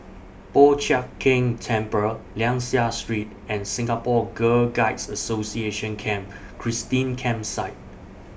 Po Chiak Keng Temple Liang Seah Street and Singapore Girl Guides Association Camp Christine Campsite